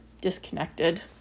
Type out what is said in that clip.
disconnected